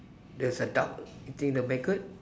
there's a duck eating the maggot